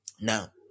now